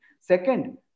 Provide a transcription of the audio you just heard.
Second